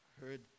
heard